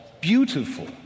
beautiful